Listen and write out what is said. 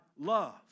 love